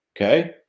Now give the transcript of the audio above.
okay